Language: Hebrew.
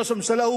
ראש הממשלה.